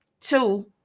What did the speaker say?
two